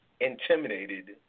intimidated